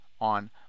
on